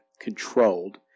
controlled